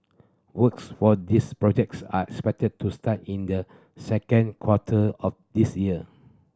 works for these projects are expected to start in the second quarter of this year